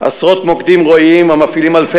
עשרות "מוקדים רואים" המפעילים אלפי